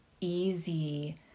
easy